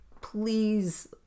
Please